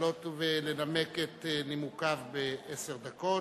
לעלות ולנמק את נימוקיו בעשר דקות.